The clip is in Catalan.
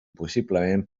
possiblement